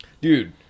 Dude